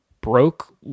broke